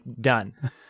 done